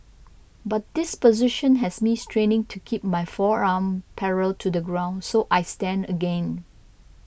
but this position has me straining to keep my forearm parallel to the ground so I stand again